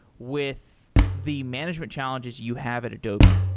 with the management challenges you have at adobe?